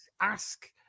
ask